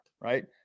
right